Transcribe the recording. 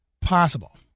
possible